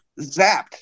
zapped